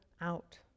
out